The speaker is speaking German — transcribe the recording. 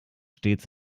stets